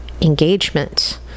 engagement